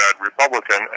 Republican